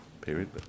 Period